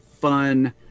fun